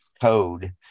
code